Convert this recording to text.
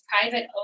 private